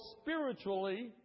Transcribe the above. spiritually